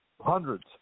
hundreds